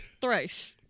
thrice